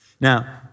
Now